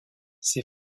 ces